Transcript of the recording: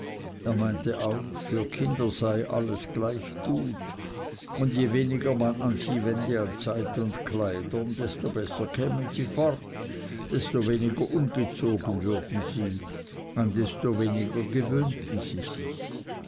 er meinte auch für kinder sei gleich alles gut und je weniger man an sie wende an zeit und kleidern desto besser kämen sie fort desto weniger ungezogen würden sie an desto weniger gewöhnten sie sich